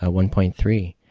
ah one point three.